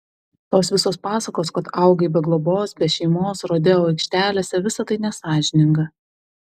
tos visos pasakos kad augai be globos be šeimos rodeo aikštelėse visa tai nesąžininga